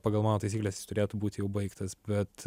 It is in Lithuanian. pagal mano taisykles jis turėtų būti jau baigtas bet